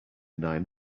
nine